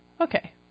Okay